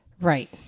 right